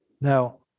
Now